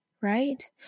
right